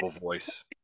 voice